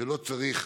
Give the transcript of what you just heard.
שלא צריך,